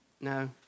No